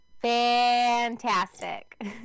Fantastic